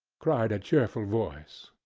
cried a cheerful voice.